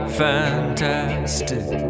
fantastic